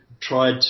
tried